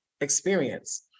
experience